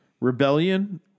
rebellion